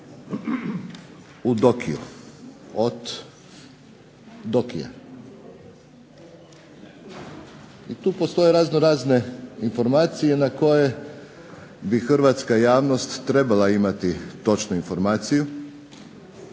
razumije./… Diokija. I tu postoje raznorazne informacije na koje bi hrvatska javnost trebala imati točnu informaciju,